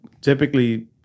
typically